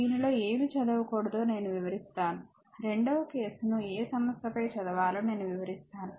దీనిలో ఏమి చదవకూడదో నేను వివరిస్తాను రెండవ కేసును ఏ సమస్యపై చదవాలో నేను వివరిస్తాను